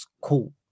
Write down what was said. cool